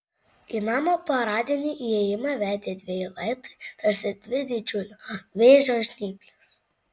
į namo paradinį įėjimą vedė dveji laiptai tarsi dvi didžiulio vėžio žnyplės